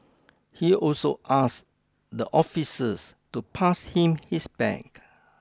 he also asked the officers to pass him his bag